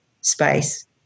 space